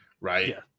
right